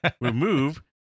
Remove